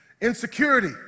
insecurity